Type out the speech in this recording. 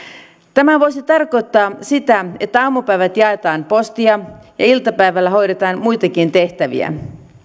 tämä voisi tarkoittaa sitä että aamupäivät jaetaan postia ja iltapäivällä hoidetaan muitakin tehtäviä